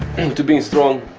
to being strong,